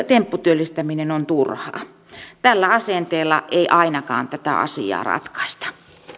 tempputyöllistäminen on turhaa tällä asenteella ei ainakaan tätä asiaa ratkaista